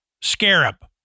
scarab